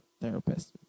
therapist